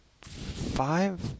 five